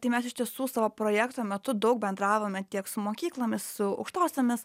tai mes iš tiesų savo projekto metu daug bendravome tiek su mokyklomis su aukštosiomis